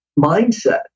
mindset